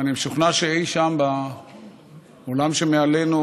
אני משוכנע שאי שם בעולם שמעלינו